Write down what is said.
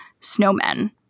snowmen